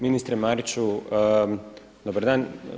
Ministre Mariću dobar dan.